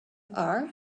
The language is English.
are